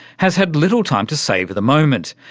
has had little time to savour the moment,